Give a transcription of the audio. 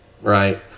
right